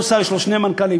כל שר יש לו שני מנכ"לים,